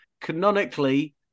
Canonically